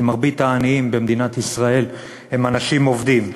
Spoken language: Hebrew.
כי מרבית העניים במדינת ישראל הם אנשים עובדים.